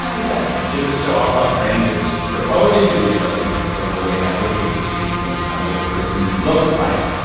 um yeah it is a show all about strangers proposing to each other before they ever get to see what the other person looks like.